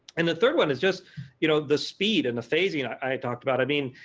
and the third one is just you know, the speed and the phasing i talked about. i mean,